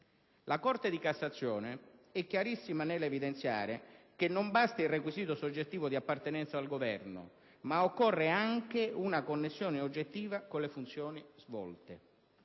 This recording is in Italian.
La Corte di cassazione è chiarissima nell'evidenziare che non basta il requisito soggettivo di appartenenza al Governo, ma occorre anche una connessione oggettiva con le funzioni svolte.